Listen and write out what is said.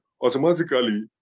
automatically